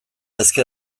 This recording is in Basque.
ezker